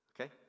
Okay